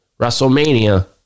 WrestleMania